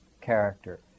character